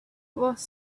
was